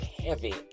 heavy